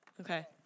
Okay